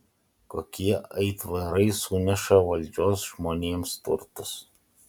kokie aitvarai suneša valdžios žmonėms turtus